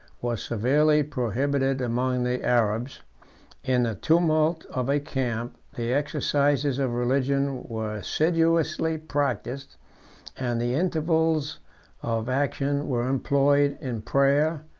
was severely prohibited among the arabs in the tumult of a camp, the exercises of religion were assiduously practised and the intervals of action were employed in prayer,